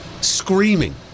screaming